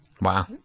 Wow